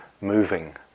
moving